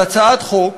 על הצעת חוק,